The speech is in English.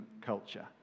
culture